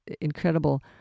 incredible